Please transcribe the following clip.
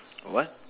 what